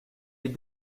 est